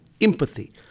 empathy